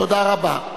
תודה רבה.